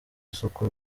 isuka